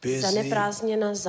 Busy